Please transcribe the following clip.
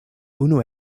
unu